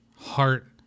heart